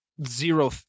zero